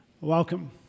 Welcome